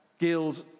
guild